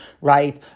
right